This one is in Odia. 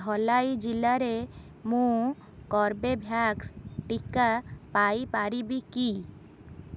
ଧଲାଈ ଜିଲ୍ଲାରେ ମୁଁ କର୍ବେଭ୍ୟାକ୍ସ ଟିକା ପାଇପାରିବି କି